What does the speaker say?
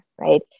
right